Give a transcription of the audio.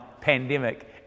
pandemic